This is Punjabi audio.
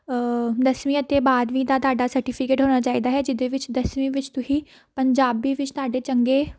ਦਸਵੀਂ ਅਤੇ ਬਾਰਵੀਂ ਦਾ ਤੁਹਾਡਾ ਸਰਟੀਫਿਕੇਟ ਹੋਣਾ ਚਾਹੀਦਾ ਹੈ ਜਿਹਦੇ ਵਿੱਚ ਦਸਵੀਂ ਵਿੱਚ ਤੁਸੀਂ ਪੰਜਾਬੀ ਵਿੱਚ ਤੁਹਾਡੇ ਚੰਗੇ